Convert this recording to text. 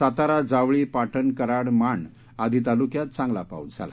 सातारा जावळी पाटण कराड माण आदी तालूक्यात चांगला पाऊस झाला